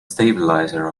stabilizer